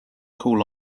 call